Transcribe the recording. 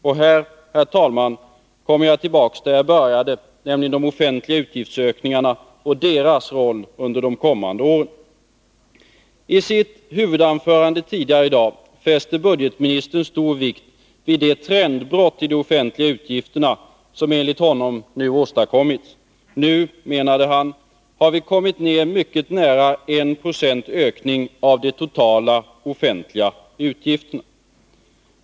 Och här, herr talman, kommer jag tillbaks där jag började, nämligen till de offentliga utgiftsökningarna, och deras roll under de kommande åren. I sitt huvudanförande tidigare i dag fäste budgetministern stor vikt vid det trendbrott i de offentliga utgifterna som, enligt honom, har åstadkommits. Nu, menade han, har vi kommit ned mycket nära 1 20 ökning av de totala offentliga utgifterna.